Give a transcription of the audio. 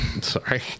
Sorry